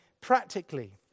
practically